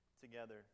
together